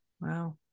wow